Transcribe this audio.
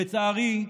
לצערי,